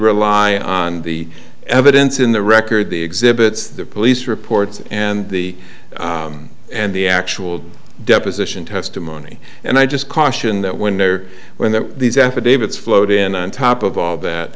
rely on the evidence in the record the exhibits the police reports and the and the actual deposition testimony and i just caution that when they're when these affidavits floatin on top of all that